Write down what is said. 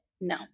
No